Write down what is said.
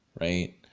right